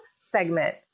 segment